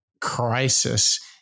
crisis